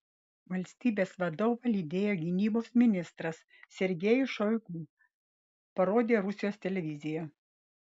valstybės vadovą lydėjo gynybos ministras sergejus šoigu parodė rusijos televizija